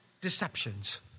deceptions